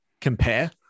compare